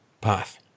path